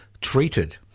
treated